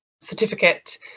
certificate